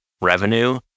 revenue